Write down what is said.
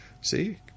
see